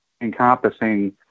encompassing